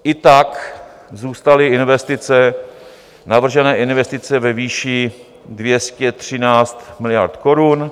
I tak zůstaly investice, navržené investice, ve výši 213 miliard korun.